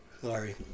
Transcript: sorry